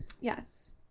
Yes